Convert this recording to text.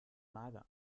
mager